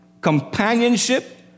companionship